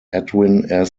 edwin